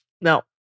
now